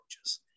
coaches